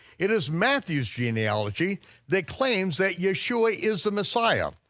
it is matthew's genealogy that claims that yeshua is the messiah,